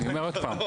אני אומר עוד פעם,